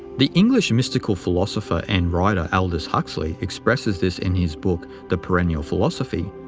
the english mystical philosopher and writer aldous huxley expresses this in his book the perennial philosophy,